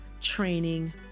training